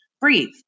Breathe